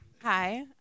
Hi